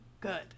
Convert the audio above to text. good